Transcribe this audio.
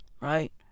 Right